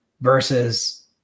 versus